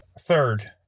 Third